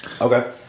Okay